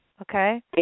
Okay